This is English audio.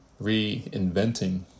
Reinventing